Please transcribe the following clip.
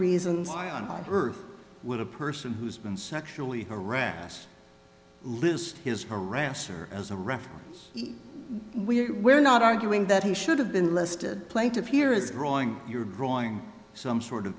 reasons why on earth would a person who's been sexually harassed list his harassers as a reference we're not arguing that he should have been listed plaintiff here is drawing you're drawing some sort of